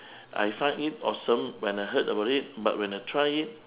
I find it awesome when I heard about it but when I try it